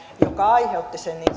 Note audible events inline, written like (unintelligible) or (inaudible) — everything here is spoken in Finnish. joka aiheutti sen niin (unintelligible)